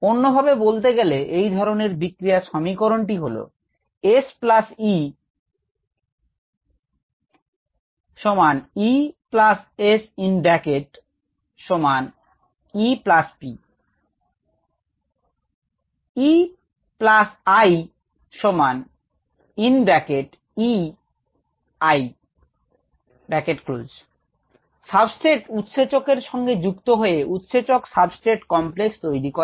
অন্যভাবে বলতে গেলে এই ধরনের বিক্রিয়ার সমীকরণটি হল সাবস্ট্রেট উৎসেচক এর সঙ্গে যুক্ত হয়ে উৎসেচক সাবস্ট্রেট কমপ্লেক্স তৈরি করে